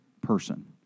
person